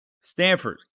Stanford